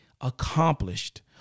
accomplished